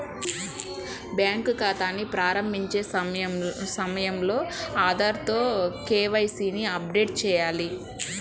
bank ఖాతాని ప్రారంభించే సమయంలో ఆధార్ తో కే.వై.సీ ని అప్డేట్ చేయాలి